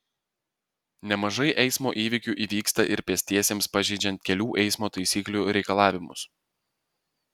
nemažai eismo įvykių įvyksta ir pėstiesiems pažeidžiant kelių eismo taisyklių reikalavimus